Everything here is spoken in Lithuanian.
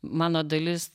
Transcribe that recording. mano dalis